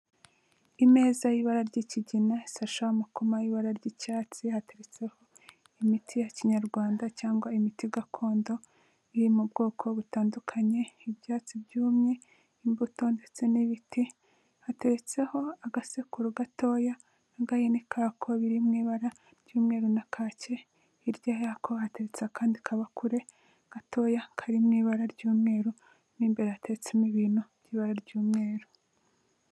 Imeza y'ibara ry'ikigina isasheho amakoma ari mu ibara ry'icyatsi hateretseho imiti ya Kinyarwanda cyangwa imiti gakondo iri mu bwoko butandukanye, ibyatsi byumye, imbuto ndetse n'ibiti, hateretseho agasekuru gatoya n'agahini kako, biri mu ibara ry'umweru na kake, hirya y'ako hateretse akandi kabakure gatoya kari mu ibara ry'umweru mo imbere hatetsemo ibintu biri mu ibara ry'umweru.